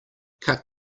cut